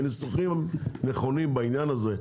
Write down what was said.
וניסוחים נכונים בעניין הזה,